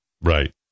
Right